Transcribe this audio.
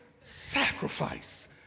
sacrifice